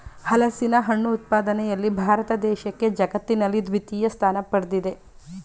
ಹಲಸಿನಹಣ್ಣು ಉತ್ಪಾದನೆಯಲ್ಲಿ ಭಾರತ ದೇಶಕ್ಕೆ ಜಗತ್ತಿನಲ್ಲಿ ದ್ವಿತೀಯ ಸ್ಥಾನ ಪಡ್ದಿದೆ